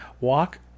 Walk